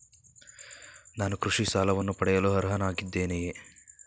ನಾನು ಕೃಷಿ ಸಾಲವನ್ನು ಪಡೆಯಲು ಅರ್ಹನಾಗಿದ್ದೇನೆಯೇ?